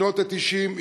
בשנות ה-90,